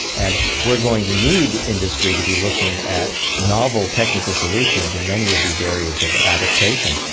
and we're going to need industry to be looking at novel technical solutions in many of these areas of adaptation.